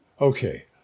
Okay